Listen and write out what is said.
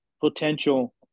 potential